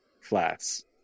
flats